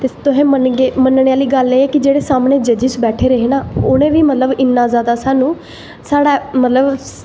तुसें मनने आह्ली गल्ल एह् ऐ कि सामनै जेह्ड़े जजिज बैठे दे हे उनें बी मतलव इन्ना जादा साहनू साढ़ा मतलव अपना